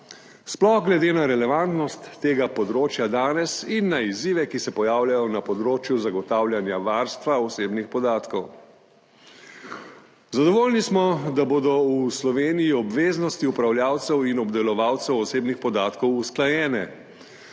sploh glede na relevantnost tega področja danes in na izzive, ki se pojavljajo na področju zagotavljanja varstva osebnih podatkov. Zadovoljni smo, da bodo v Sloveniji obveznosti upravljavcev in obdelovalcev osebnih podatkov usklajene,